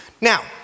Now